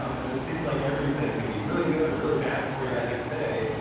um but it seems like everything can be really good or really bad for you next day.